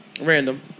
random